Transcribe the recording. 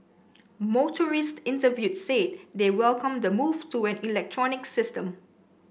motorists interviewed said they welcome the move to an electronic system